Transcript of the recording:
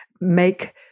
make